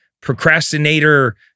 procrastinator